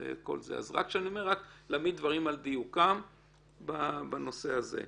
אז אני אומר שצריך להעמיד דברים על דיוקם בנושא הזה.